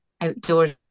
outdoors